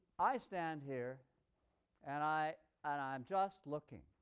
i stand here and i and i am just looking.